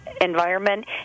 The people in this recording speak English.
environment